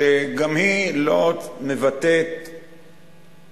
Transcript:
שגם היא לא מבטאת הסכמה,